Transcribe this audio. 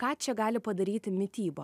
ką čia gali padaryti mityba